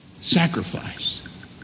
Sacrifice